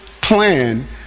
plan